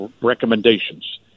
recommendations